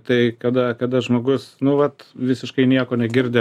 tai kada kada žmogus nu vat visiškai nieko negirdi